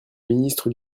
ministre